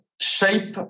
shape